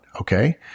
okay